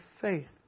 faith